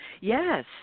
yes